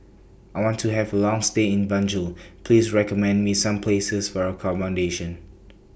I want to Have A Long stay in Banjul Please recommend Me Some Places For accommodation